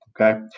okay